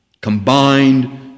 combined